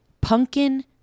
pumpkin